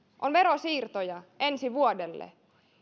on veronsiirtoja ensi vuodelle